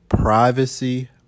Privacy